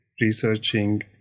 researching